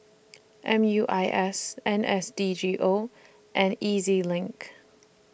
M U I S N S D G O and E Z LINK